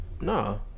no